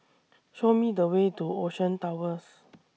Show Me The Way to Ocean Towers